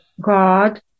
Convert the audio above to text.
God